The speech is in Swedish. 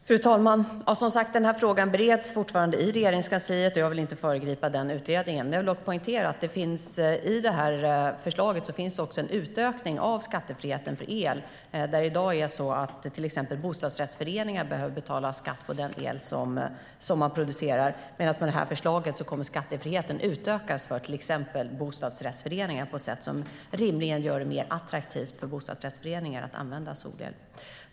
Fru talman! Den här frågan bereds som sagt fortfarande i Regeringskansliet, och jag vill inte föregripa den beredningen. Jag vill dock poängtera att det i förslaget också finns en utökning av skattefriheten för el. I dag behöver till exempel bostadsrättsföreningar betala skatt på den el som man producerar, men enligt förslaget kommer skattefriheten att utökas för till exempel bostadsrättsföreningar på ett sätt som rimligen gör det mer attraktivt för bostadsrättsföreningar att använda solel.